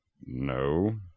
No